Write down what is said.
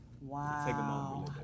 Wow